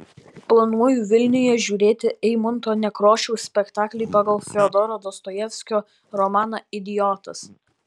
planuoju vilniuje žiūrėti eimunto nekrošiaus spektaklį pagal fiodoro dostojevskio romaną idiotas